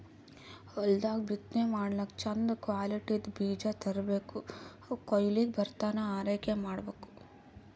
ಹೊಲ್ದಾಗ್ ಬಿತ್ತನೆ ಮಾಡ್ಲಾಕ್ಕ್ ಚಂದ್ ಕ್ವಾಲಿಟಿದ್ದ್ ಬೀಜ ತರ್ಬೆಕ್ ಅವ್ ಕೊಯ್ಲಿಗ್ ಬರತನಾ ಆರೈಕೆ ಮಾಡ್ಬೇಕ್